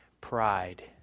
pride